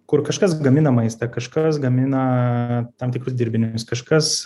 kur kažkas gamina maistą kažkas gamina tam tikrus dirbinius kažkas